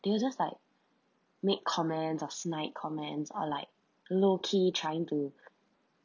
they will just like make comments or snide comments or like low key trying to